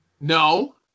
No